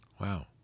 Wow